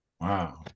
Wow